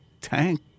tank